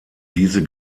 diese